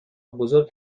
بزرگ